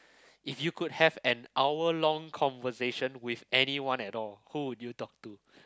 if you could have an hour long conversation with anyone at all who would you talk to